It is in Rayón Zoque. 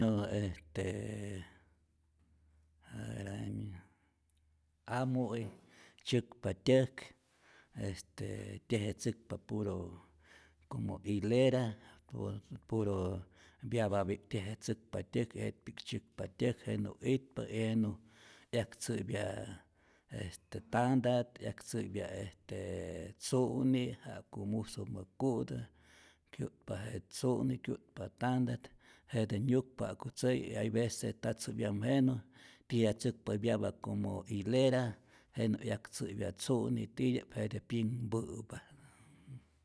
Bueno est j amu'i tzyäkpa este tyejetzäkpa puro como hilera, por puro byabapikti je tzäkpa tyäk jetpi'k tzyäkpa tyäk, jenä itpa, jenä 'yaktzäpya este tantat, 'yaktzäpya este tzu'ni ja'ku musumä ku'tä, kyu'tpa je tzu'ni, kyu'tpa tantat, jete nyukpa ja'ku tzä'yu y hay vece nta tzä'pyamä jenä tyiratzäkpa byaba como hilera jenä 'yaktzäpya tzu'ni titya'p jete pyinhpä'pa.